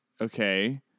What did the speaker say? Okay